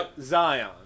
Zion